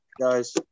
guys